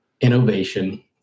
Innovation